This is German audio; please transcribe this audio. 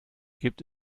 gibt